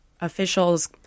officials